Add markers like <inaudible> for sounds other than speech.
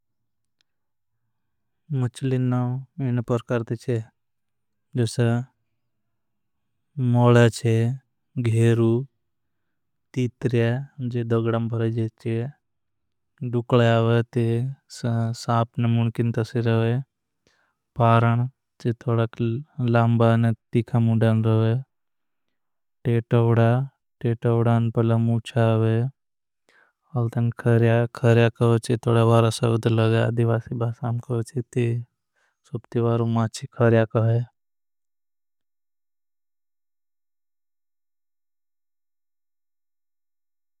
मछलीन ने नाव इन परकारते चे जेस मोड़ा चे घेरू। तीत्रिय जे दगडम भरजे चे आवे ते। <hesitation> साप न मुणकिन तसी रवे पारण जे तोड़ा की लामबा। <hesitation> न तीखा मुणडान रवे टेटवड़ा न। पहला मुच्चा आवे अलधन खर्या खर्या कवचे तोड़ा। वारसावद लगा दिवासी भासाम कवचे ती सुप्तिवारु। माची खर्या कवहे।